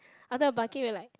other bucket we're like